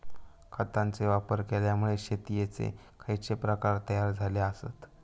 खतांचे वापर केल्यामुळे शेतीयेचे खैचे प्रकार तयार झाले आसत?